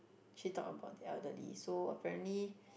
she talked about the elderly so apparently